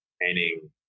painting